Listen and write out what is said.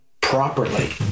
properly